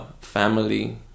family